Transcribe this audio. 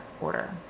order